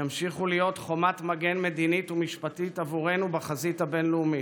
ימשיכו להיות חומת מגן מדינית ומשפטית עבורנו בחזית הבין-לאומית,